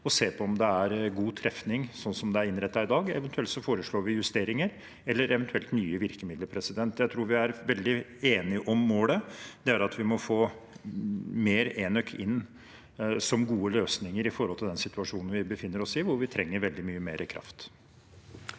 og ser på om det er god trefning slik det er innrettet i dag. Eventuelt foreslår vi justeringer eller nye virkemidler. Jeg tror vi er veldig enige om målet, og det er at vi må få mer enøk inn som gode løsninger i forhold til den situasjonen vi befinner oss i, hvor vi trenger veldig mye mer kraft.